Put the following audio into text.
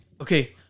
okay